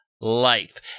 life